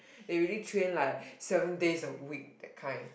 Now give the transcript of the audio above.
they really train like seven days a week that kind